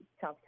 tough